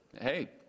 Hey